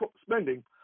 spending